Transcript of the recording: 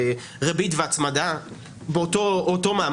ריבית והצמדה באותו מעמד.